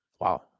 Wow